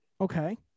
Okay